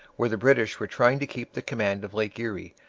where the british were trying to keep the command of lake erie,